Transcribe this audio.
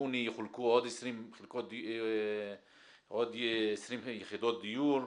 ביוני יחולקו עוד 20 יחידות דיור.